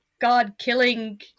god-killing